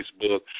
Facebook